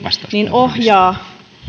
ohjaa